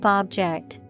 object